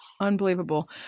Unbelievable